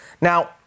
now